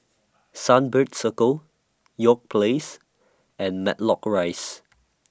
Sunbird Circle York Place and Matlock Rise